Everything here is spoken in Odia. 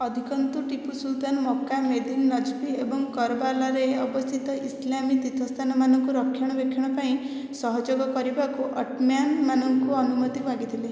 ଅଧିକନ୍ତୁ Tipu Sultan Mecca Medina Najaf ଏବଂ କରବାଲାରେ ଅବସ୍ଥିତ ଇସଲାମୀୟ ତୀର୍ଥସ୍ଥାନ ମାନଙ୍କୁ ରକ୍ଷଣାବେକ୍ଷଣ ପାଇଁ ସହଯୋଗ କରିବାକୁ ଅଟମ୍ୟାନ୍ ମାନଙ୍କୁ ଅନୁମତି ମାଗିଥିଲେ